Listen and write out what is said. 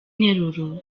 nteruro